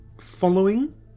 Following